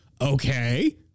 Okay